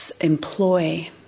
employ